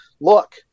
look